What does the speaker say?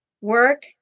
work